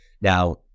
Now